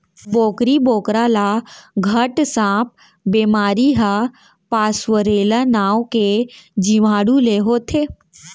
बोकरी बोकरा ल घट सांप बेमारी ह पास्वरेला नांव के जीवाणु ले होथे